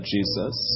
Jesus